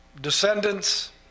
descendants